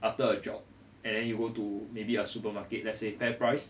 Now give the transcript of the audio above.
after a job and then you go to maybe a supermarket let's say fair price